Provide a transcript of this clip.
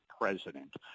president